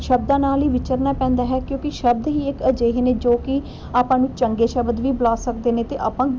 ਸ਼ਬਦਾਂ ਨਾਲ ਹੀ ਵਿਚਰਨਾ ਪੈਂਦਾ ਹੈ ਕਿਉਂਕਿ ਸ਼ਬਦ ਹੀ ਇੱਕ ਅਜਿਹੇ ਨੇ ਜੋ ਕਿ ਆਪਾਂ ਨੂੰ ਚੰਗੇ ਸ਼ਬਦ ਵੀ ਬੁਲਾ ਸਕਦੇ ਨੇ ਅਤੇ ਆਪਾਂ